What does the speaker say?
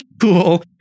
cool